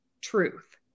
truth